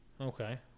Okay